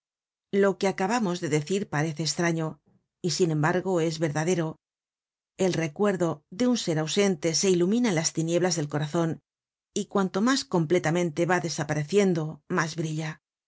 ya loque acabamos de decir parece estraño y sin embargo es verdadero el recuerdo de un ser ausente se ilumina en las tinieblas del corazon y cuanto mas completamente va desapareciendo mas brilla